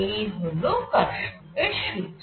এই হল কারশফের সুত্র